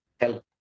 help